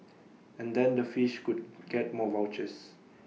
and then the fish could get more vouchers